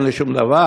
אין לי שום דבר,